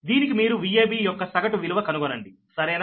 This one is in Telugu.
దీనికి మీరు Vab యొక్క సగటు విలువ కనుగొనండి సరేనా